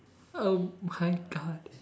oh my god